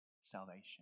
salvation